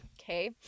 okay